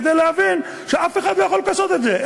כדי להבין שאף אחד לא יכול לכסות את זה,